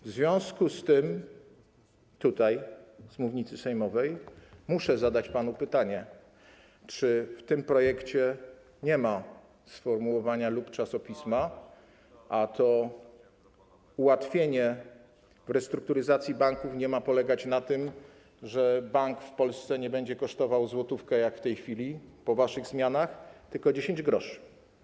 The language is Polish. W związku z tym z mównicy sejmowej muszę zadać panu pytanie: Czy w tym projekcie nie ma sformułowania „lub czasopisma”, a to ułatwienie restrukturyzacji banków nie ma polegać na tym, że bank w Polsce nie będzie kosztował złotówkę, jak w tej chwili po waszych zmianach, tylko 10 gr?